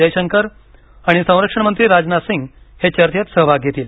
जयशंकर आणि संरक्षण मंत्री राजनाथ सिंह हे चर्चेत सहभाग घेतील